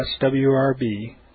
swrb